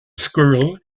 squirrel